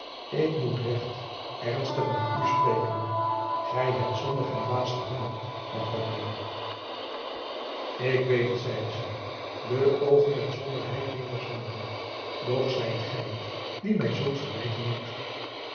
ik moet recht ernstig met u spreken gij hebt zondig en dwaas gehandeld magdalena ik weet het zeide zij de oogen met somberheid nederslaande doch zijt gij het die mij zulks verwijten moet